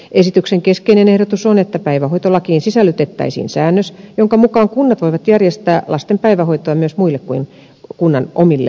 esityksen keskeinen ehdotus on että päivähoitolakiin sisällytettäisiin säännös jonka mukaan kunnat voivat järjestää lasten päivähoitoa myös muille kuin kunnan omille asukkaille